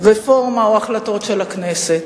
רפורמה או החלטות של הכנסת.